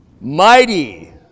Mighty